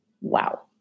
Wow